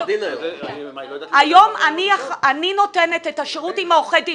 היא לא יודעת לדבר --- אני נותנת את השירות עם עורכי הדין.